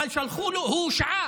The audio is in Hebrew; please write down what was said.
אבל שלחו לו, הוא הושעה.